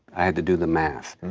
i had to do the math,